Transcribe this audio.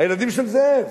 הילדים של זאב,